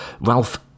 Ralph